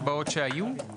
הצבעה בעד 4 נמנע 2 אושר.